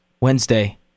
Wednesday